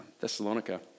Thessalonica